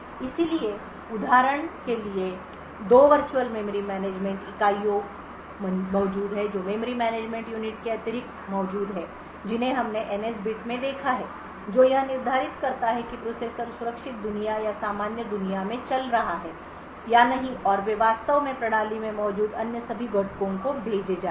इसलिए उदाहरण के लिए दो वर्चुअल मेमोरी मैनेजमेंट इकाइयाँ मौजूद हैं जो मेमोरी मैनेजमेंट यूनिट के अतिरिक्त मौजूद हैं जिन्हें हमने NS बिट में देखा है जो यह निर्धारित करता है कि प्रोसेसर सुरक्षित दुनिया या सामान्य दुनिया में चल रहा है या नहीं और वे वास्तव में प्रणाली में मौजूद अन्य सभी घटकों को भेजे जाते हैं